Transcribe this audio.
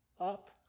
Up